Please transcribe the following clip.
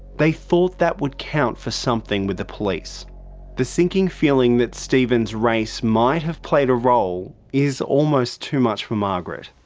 they thought that would count for something with the police the sinking feeling that stephen's race might have played a role is almost too much for margaret.